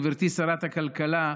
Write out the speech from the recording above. גברתי שרת הכלכלה,